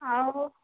ଆଉ